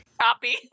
copy